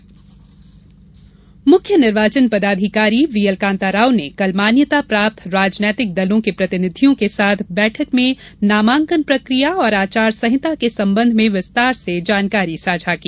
आयोग बैठक मुख्य निर्वाचन पदाधिकारी व्हीएल कान्ता राव ने कल मान्यता प्राप्त राजनीतिक दलों के प्रतिनिधियों के साथ बैठक में नामांकन प्रकिया और आचार संहिता के संबंध में विस्तार से जानकारी साझा की